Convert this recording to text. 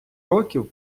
років